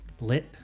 Lit